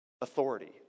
authority